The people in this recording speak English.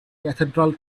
cathedral